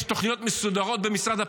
יש תוכניות מסודרות במשרד הפנים,